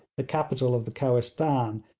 the capital of the kohistan,